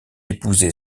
épousé